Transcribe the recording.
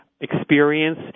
experience